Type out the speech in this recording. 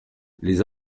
les